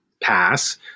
pass